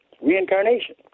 reincarnation